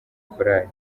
korali